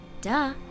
Duh